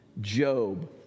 Job